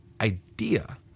idea